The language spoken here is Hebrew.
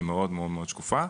ומאוד מאוד שקופה,